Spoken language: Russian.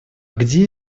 где